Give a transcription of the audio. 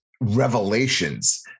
revelations